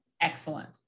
Excellent